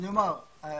על